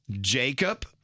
Jacob